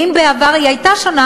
ואם בעבר היא הייתה שונה,